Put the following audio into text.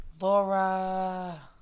Laura